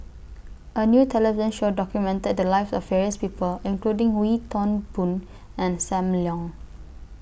A New television Show documented The Lives of various People including Wee Toon Boon and SAM Leong